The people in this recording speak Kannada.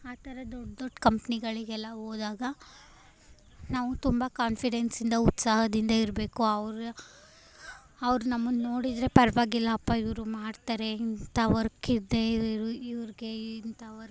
ಆ ಥರ ದೊಡ್ಡ ದೊಡ್ಡ ಕಂಪ್ನಿಗಳಿಗೆಲ್ಲ ಹೋದಾಗ ನಾವು ತುಂಬಾ ಕಾನ್ಫಿಡೆನ್ಸಿಂದ ಉತ್ಸಾಹದಿಂದ ಇರಬೇಕು ಅವರ ಅವರು ನಮ್ಮನ್ನು ನೋಡಿದರೆ ಪರವಾಗಿಲ್ಲಪ್ಪಾ ಇವರು ಮಾಡ್ತಾರೆ ಇಂಥ ವರ್ಕ್ ಇದೆ ಇವ್ರಿಗೆ ಇಂಥ ವರ್ಕ್